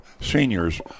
seniors